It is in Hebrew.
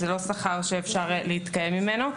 זה לא שכר שאפשר להתקיים ממנו.